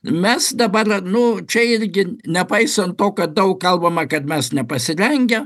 mes dabar ar nu čia irgi nepaisant to kad daug kalbama kad mes nepasirengę